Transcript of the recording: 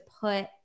put